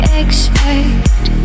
expect